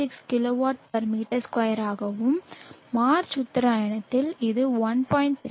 36 kilowatt மீ 2 ஆகவும் March உத்தராயணத்தில் இது 1